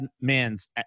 Mans